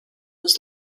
was